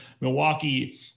Milwaukee